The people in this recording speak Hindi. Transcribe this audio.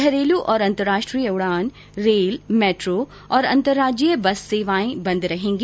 घरेलु और अंतर्राष्ट्रीय उडान रेल मैट्रो और अंतर्राज्यीय बस सेवाएं बंद रहेगी